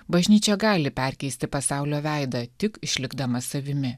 bažnyčia gali perkeisti pasaulio veidą tik išlikdama savimi